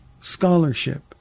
scholarship